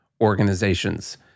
organizations